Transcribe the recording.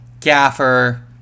gaffer